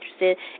interested